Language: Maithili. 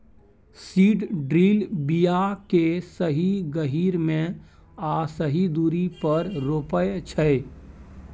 सीड ड्रील बीया केँ सही गहीर मे आ सही दुरी पर रोपय छै